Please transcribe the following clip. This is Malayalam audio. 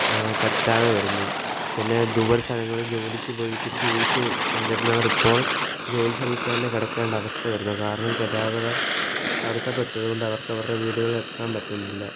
പറ്റാതെ വരുന്നു പിന്നെ ദൂരെ സ്ഥലങ്ങളിൽ ജോലിക്ക് പോയി തിരിച്ച് വീട്ടിൽ വന്നിരിന്നവറിപ്പോൾ ജോലി സ്ഥലത്ത് തന്നെ കിടക്കേണ്ട അവസ്ഥ വരുന്നു കാരണം ഗതാഗതം തടസ്സപ്പെട്ടതു കൊണ്ട് അവർക്ക് അവരുടെ വീടുകളിൽ എത്താൻ പറ്റുന്നില്ല